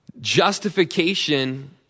Justification